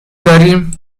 داریم